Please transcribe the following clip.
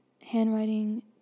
handwriting